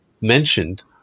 mentioned